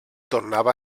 tornava